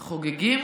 חוגגים,